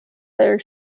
their